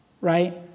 right